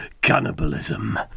cannibalism